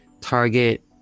target